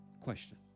question